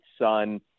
son